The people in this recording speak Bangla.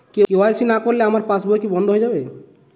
কে.ওয়াই.সি না করলে আমার পাশ বই কি বন্ধ হয়ে যাবে?